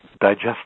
digest